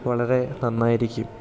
വളരെ നന്നായിരിക്കും